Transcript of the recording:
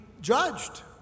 judged